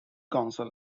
council